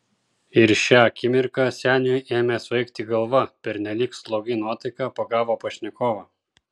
ir šią akimirką seniui ėmė svaigti galva pernelyg slogi nuotaika pagavo pašnekovą